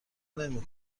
نمی